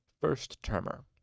first-termer